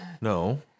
No